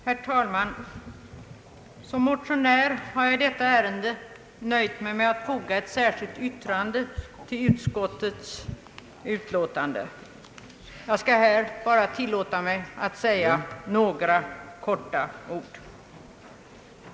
Herr talman! Jag har som motionär i detta ärende nöjt mig med att foga ett särskilt yttrande till utskottets utlåtande. Jag skall bara tillåta mig att säga några få ord.